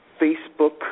Facebook